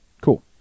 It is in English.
Cool